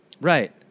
Right